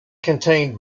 contained